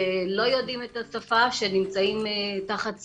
שלא יודעים את השפה, שנמצאים תחת סגרים,